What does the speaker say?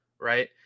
right